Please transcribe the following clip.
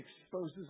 exposes